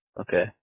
Okay